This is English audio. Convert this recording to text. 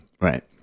right